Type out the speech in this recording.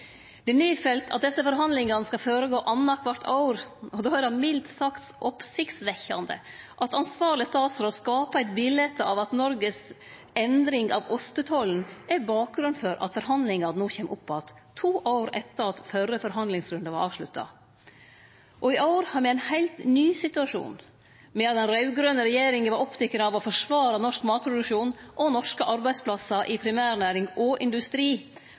Det er nedfelt at desse forhandlingane skal føregå annakvart år, og då er det mildt sagt oppsiktsvekkjande at ansvarleg statsråd skaper eit bilete av at Noregs endring av ostetollen er bakgrunnen for at forhandlingane no kjem opp att, to år etter at førre forhandlingsrunde var avslutta. I år har me ein heilt ny situasjon. Medan den raud-grøne regjeringa var oppteken av å forsvare norsk produksjon og norske arbeidsplassar i primærnæring og industri,